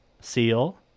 seal